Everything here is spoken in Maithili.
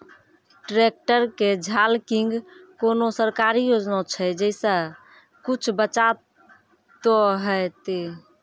ट्रैक्टर के झाल किंग कोनो सरकारी योजना छ जैसा कुछ बचा तो है ते?